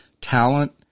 Talent